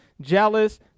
jealous